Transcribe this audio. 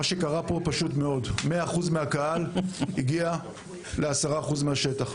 מה שקרה פה הוא פשוט מאוד: 100% מן הקהל הגיע ל-10% מן השטח.